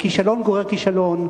וכישלון גורר כישלון,